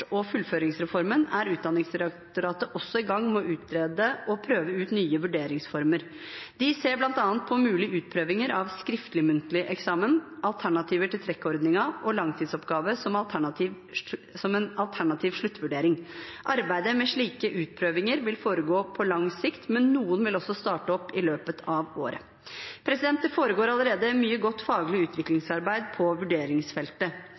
og fullføringsreformen er Utdanningsdirektoratet også i gang med å utrede og prøve ut nye vurderingsformer. De ser bl.a. på mulige utprøvinger av skriftlig-muntlig eksamen, alternativer til trekkordningen, og langtidsoppgave som en alternativ sluttvurdering. Arbeidet med slike utprøvinger vil foregå på lang sikt, men noen vil også starte opp i løpet av året. Det foregår allerede mye godt faglig utviklingsarbeid på vurderingsfeltet.